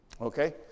okay